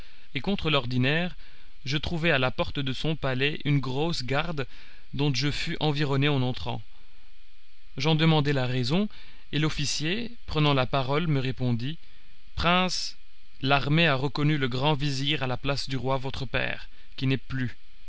et contre l'ordinaire je trouvai à la porté de son palais une grosse garde dont je fus environné en entrant j'en demandai la raison et l'officier prenant la parole me répondit prince l'armée a reconnu le grand vizir à la place du roi votre père qui n'est plus